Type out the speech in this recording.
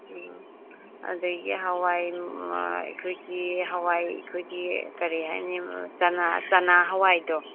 ꯎꯝ ꯑꯗꯒꯤ ꯍꯋꯥꯏ ꯑꯩꯈꯣꯏꯒꯤ ꯍꯥꯋꯥꯏ ꯑꯩꯈꯣꯏꯒꯤꯀꯔꯤ ꯍꯥꯏꯅꯤ ꯆꯥꯅꯥ ꯆꯥꯅꯥ ꯍꯥꯋꯥꯏꯗꯣ